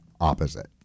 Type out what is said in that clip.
opposite